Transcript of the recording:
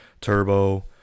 Turbo